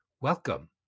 Welcome